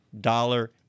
dollar